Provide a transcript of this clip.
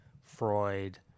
Freud